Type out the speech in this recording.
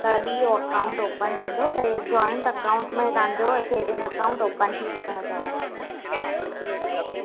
तॾहिं हो account open थींदो त हीअ जॉईंट अकाउंट में तव्हांजो सेविंग अकाउंट ओपन थी सघंदो अथव